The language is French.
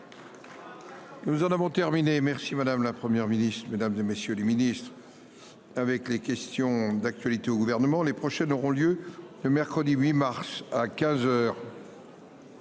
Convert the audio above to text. Nous en avons terminé, merci madame, la Première ministre, mesdames et messieurs les Ministres. Avec les questions d'actualité au gouvernement. Les prochaines auront lieu le mercredi 8 mars à 15h.